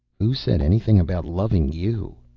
who said anything about loving you?